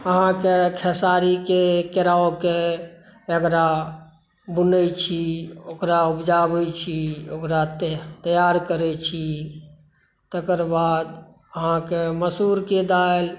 मे खेसारीके केराउके एक़रा बुनै छी ओकरा उपजाबै छी ओकरा तैआर करै छी तकर बाद अहाँके मसूरके दालि